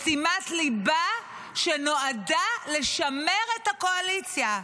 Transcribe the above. משימת ליבה שנועדה לשמר את הקואליציה.